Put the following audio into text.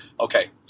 okay